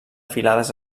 filades